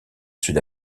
sud